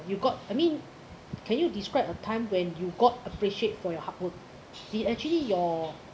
you got I mean can you describe a time when you got appreciate for your hard work they actually your